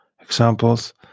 Examples